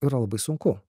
yra labai sunku